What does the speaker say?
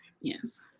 Yes